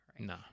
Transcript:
No